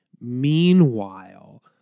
Meanwhile